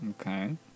Okay